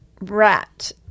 Rat